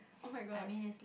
oh-my-god